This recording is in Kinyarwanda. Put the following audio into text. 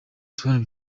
tom